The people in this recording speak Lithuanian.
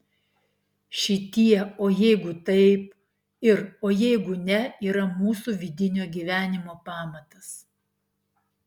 šitie o jeigu taip ir o jeigu ne yra mūsų vidinio gyvenimo pamatas